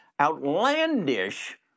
outlandish